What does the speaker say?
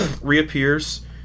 reappears